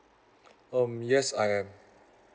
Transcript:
um yes I am